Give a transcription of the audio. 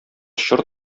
чор